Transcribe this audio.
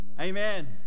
Amen